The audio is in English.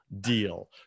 deal